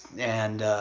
and,